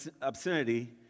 obscenity